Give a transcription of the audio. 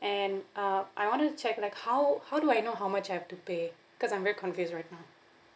and uh I wanted to check like how how do I know how much I have to pay because I'm very confused right now